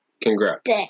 Congrats